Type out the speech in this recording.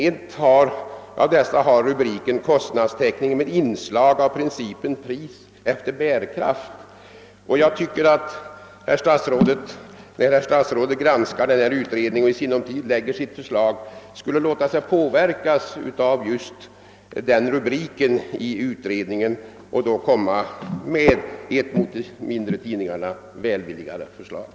En av rubrikerna där heter Kostnadstäckning med inslag av principen pris efter bärkraft. Jag tycker att herr statsrådet, när han granskar den här utredningen och i sinom tid framlägger förslag, bör låta sig påverkas av just den rubriken i utredningen och komma med ett välvilligare förslag mot de mindre tidningarna.